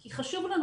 כי חשוב לנו,